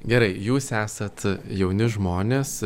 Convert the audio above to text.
gerai jūs esat jauni žmonės